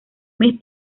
mes